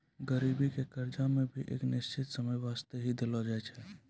गरीबी के कर्जा मे भी एक निश्चित समय बासते ही देलो जाय छै